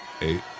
eight